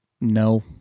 No